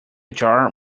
jar